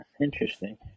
Interesting